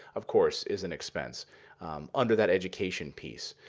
of course, is an expense under that education piece.